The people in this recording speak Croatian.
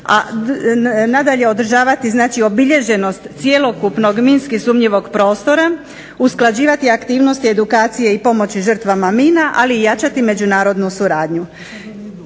a nadalje održavati znači obilježenost cjelokupnog minski sumnjivog prostora, usklađivati aktivnosti edukacije i pomoći žrtvama mina, ali i jačati međunarodnu suradnju.